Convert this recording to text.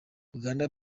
uganda